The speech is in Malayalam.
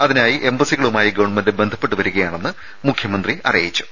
അതിനായി എംബസികളുമായി ഗവൺമെന്റ് ബന്ധപ്പെട്ടുവരികയാണെന്ന് മുഖ്യമന്ത്രി അറിയിച്ചു